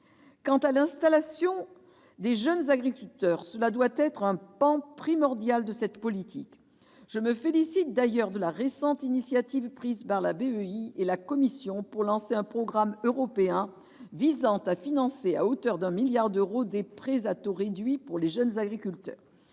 l'installation des jeunes agriculteurs doit constituer un pan primordial de cette politique. Je me félicite d'ailleurs de la récente initiative prise par la BEI et la Commission pour lancer un programme européen visant à financer à hauteur de 1 milliard d'euros des prêts à taux réduits destinés aux jeunes agriculteurs.